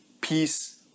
peace